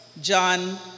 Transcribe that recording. John